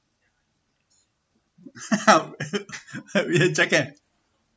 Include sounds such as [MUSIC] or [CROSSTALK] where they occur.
[LAUGHS] you have jacket